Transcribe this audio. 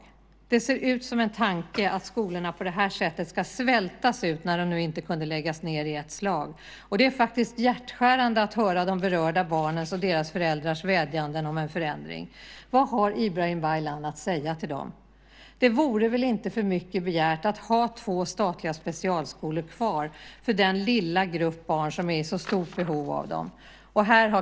Det är en händelse som ser ut som en tanke att skolorna på det sättet ska svältas ut när de nu inte kunde läggas ned i ett slag. Det är faktiskt hjärtskärande att höra de berörda barnens och deras föräldrars vädjanden om en förändring. Vad har Ibrahim Baylan att säga till dem? Det vore väl inte för mycket begärt att ha kvar två statliga specialskolor för den lilla grupp barn som är i så stort behov av dem.